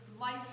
life